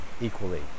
equally